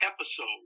episode